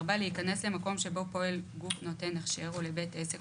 להיכנס למקום שבו פועל גוף נותן הכשר או לבית עסק,